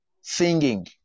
singing